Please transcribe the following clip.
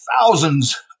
thousands